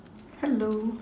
hello